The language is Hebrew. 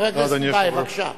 חבר הכנסת טיבייב, בבקשה.